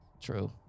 true